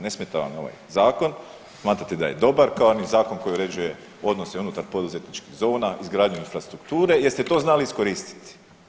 Ne smeta vam ni ovaj zakon, smatrate da je dobar, kao ni zakon koji uređuje odnose unutar poduzetničkih zona, izgradnju infrastrukture jer ste to znali iskoristiti.